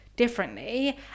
differently